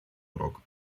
урок